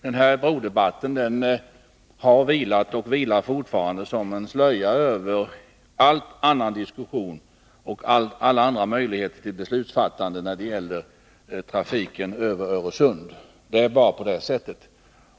Den här brodebatten har vilat och vilar fortfarande som en slöja över all annan diskussion och alla andra möjligheter till beslutsförfarande när det gäller trafiken över Öresund. Det är bara så.